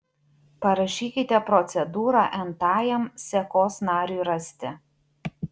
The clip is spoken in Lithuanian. parašykite procedūrą n tajam sekos nariui rasti